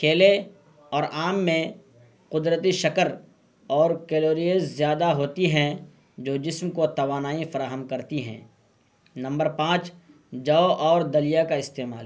کیلے اور آم میں قدرتی شکر اور کیلوریز زیادہ ہوتی ہیں جو جسم کو توانائی فراہم کرتی ہیں نمبر پانچ جو اور دلیا کا استعمال